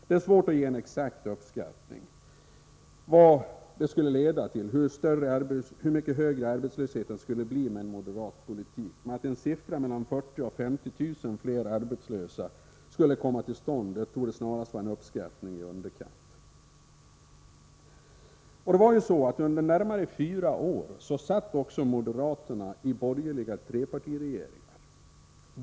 Det är svårt att göra en exakt uppskattning av hur mycket större arbetslösheten skulle bli med en moderat politik, men att säga att vi skulle få mellan 40 000 och 50 000 fler arbetslösa torde snarast vara att ta till i underkant. Under närmare fyra år satt också moderaterna i borgerliga trepartiregeringar.